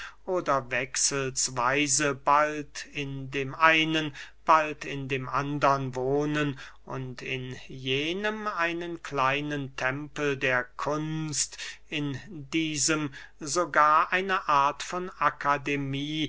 oder wechselsweise bald in dem einen bald in dem andern wohnen und in jenem einen kleinen tempel der kunst in diesem sogar eine art von akademie